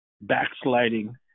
backsliding